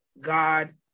God